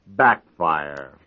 backfire